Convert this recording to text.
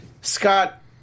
Scott